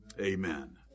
Amen